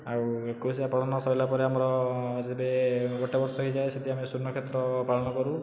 ଆଉ ଏକୋଇଶିଆ ପାଳନ ସରିଲା ପରେ ଆମର ଯେବେ ଗୋଟିଏ ବର୍ଷ ହୋଇଯାଏ ସେ'ଠି ଆମେ ସ୍ଵନକ୍ଷତ୍ର ପାଳନ କରୁ